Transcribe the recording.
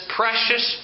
precious